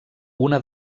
una